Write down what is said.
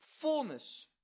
fullness